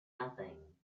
nothing